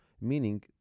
meaning